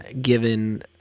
given